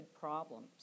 problems